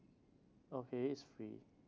okay it's free